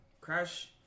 Crash